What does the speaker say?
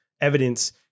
evidence